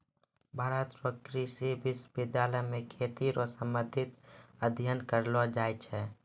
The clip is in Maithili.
भारत रो कृषि विश्वबिद्यालय मे खेती रो संबंधित अध्ययन करलो जाय छै